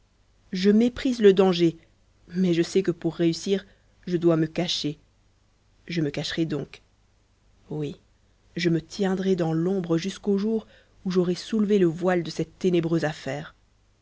je méprise le danger mais je sais que pour réussir je dois me cacher je me cacherai donc oui je me tiendrai dans l'ombre jusqu'au jour où j'aurai soulevé le voile de cette ténébreuse affaire